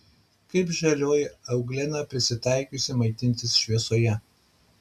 kaip žalioji euglena prisitaikiusi maitintis šviesoje